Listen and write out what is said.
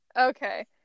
Okay